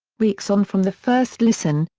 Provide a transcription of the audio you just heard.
weeks on from the first listen,